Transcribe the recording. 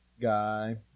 guy